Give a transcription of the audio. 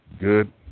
good